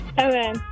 okay